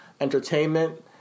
entertainment